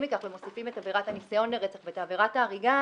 מכך ומוסיפים את עבירת הניסיון לרצח ואת עבירת ההריגה,